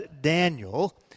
Daniel